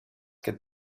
que